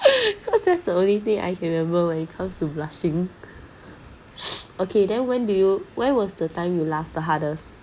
that's the only thing I can remember when it comes to blushing okay then when do you when was the time you laugh the hardest